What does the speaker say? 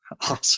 Awesome